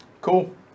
Cool